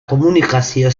komunikazio